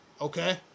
Okay